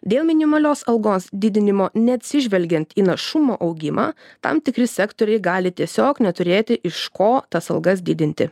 dėl minimalios algos didinimo neatsižvelgiant į našumo augimą tam tikri sektoriai gali tiesiog neturėti iš ko tas algas didinti